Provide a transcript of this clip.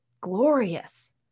glorious